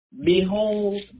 Behold